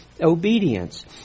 obedience